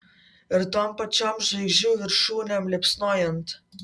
ir tom pačiom žvaigždžių viršūnėm liepsnojant